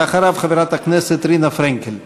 אחריו, חברת הכנסת רינה פרנקל.